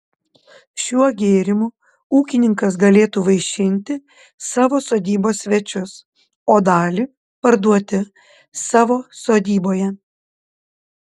šiuo gėrimu ūkininkas galėtų vaišinti savo sodybos svečius o dalį parduoti savo sodyboje